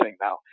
now